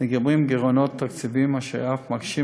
נגרמים גירעונות תקציביים אשר אף מקשים